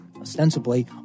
ostensibly